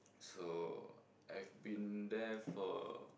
so I've been there for